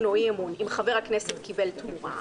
או אי-אמון אם החבר הכנסת קיבל תמורה.